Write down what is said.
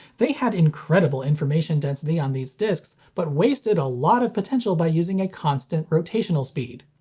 they had incredible information density on these discs, but wasted a lot of potential by using a constant rotational speed.